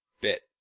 bit